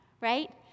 right